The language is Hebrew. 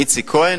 איציק כהן,